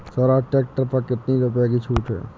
Swaraj tractor पर कितनी रुपये की छूट है?